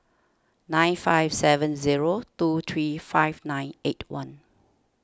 nine five seven zero two three five nine eight one